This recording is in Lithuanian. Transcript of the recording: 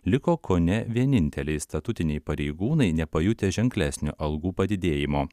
liko kone vieninteliai statutiniai pareigūnai nepajutę ženklesnio algų padidėjimo